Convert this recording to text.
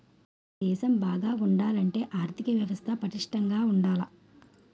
దేశం బాగా ఉండాలంటే ఆర్దిక వ్యవస్థ పటిష్టంగా ఉండాల